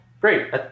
great